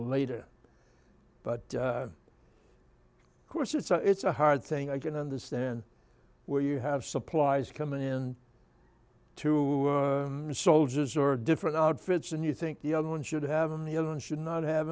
a later but of course it's a it's a hard thing i can understand where you have supplies coming in two soldiers or different outfits and you think the other one should have been the other one should not have